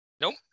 Nope